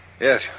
Yes